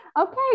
Okay